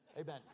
Amen